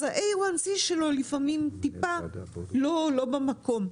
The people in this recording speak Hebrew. אז ה-C1A שלו לפעמים קצת לא במקום.